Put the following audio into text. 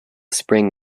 spring